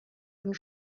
and